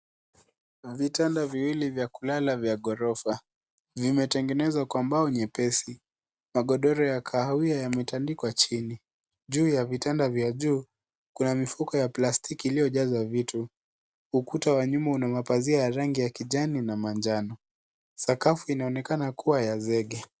Vitanda viwili vya kulala vya ghorofa, vimetegenezwa kwa mbao nyepesi. Magodoro ya kahawia yametandikwa chini. Juu ya vitanda vya mbao kuna mifuko ya plastiki iliyojazwa vitu. Ukuta wa nyuma una mapazia ya rangi ya kijani na manjano. Sakafu inaonekana kuwa ya zege.